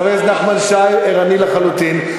חבר הכנסת נחמן שי ערני לחלוטין.